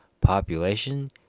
population